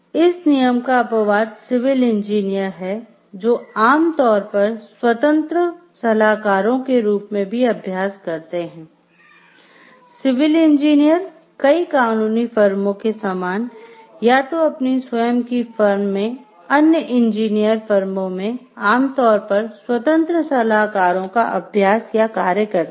इस नियम का अपवाद सिविल इंजीनियर हैं जो आम तौर पर स्वतंत्र सलाहकारों के रूप में भी अभ्यास करते हैं सिविल इंजीनियर कई कानूनी फर्मों के समान या तो अपनी स्वयं की फर्म मे अन्य इंजीनियर फर्मों में आमतौर पर स्वतंत्र सलाहकारों का अभ्यास या कार्य करते हैं